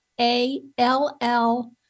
A-L-L